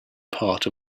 part